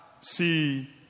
See